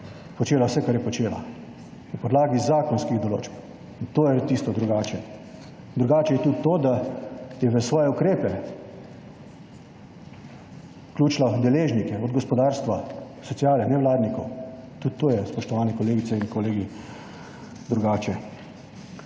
počela vse, kar je počela, ampak na podlagi zakonskih določb. In to je tisto drugače. Drugače je tudi to, da je v svoje ukrepe vključila deležnike iz gospodarstva, sociale, nevladnike. Tudi to je, spoštovane kolegice in kolegi, drugače.